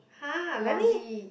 !huh! lousy